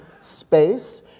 space